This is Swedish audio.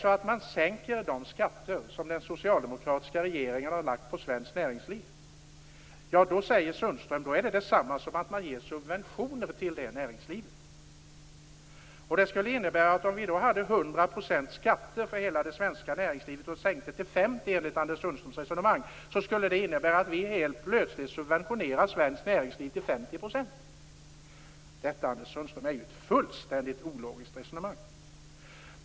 Om man sänker de skatter som den socialdemokratiska regeringen har lagt på svenskt näringsliv så är det, säger Sundström, detsamma som att man ger subventioner till näringslivet. Om vi hade 100 % skatt på det svenska näringslivet och denna skatt sänktes till 50 %, skulle det enligt Anders Sundströms resonemang innebära att vi helt plötsligt subventionerade svenskt näringsliv till 50 %. Detta är ju, Anders Sundström, ett fullständigt ologiskt resonemang.